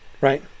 right